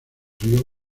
río